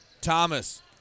Thomas